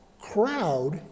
crowd